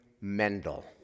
Mendel